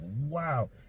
wow